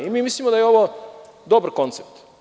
Mi mislimo da je ovo dobar koncept.